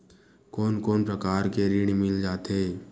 कोन कोन प्रकार के ऋण मिल जाथे?